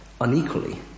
unequally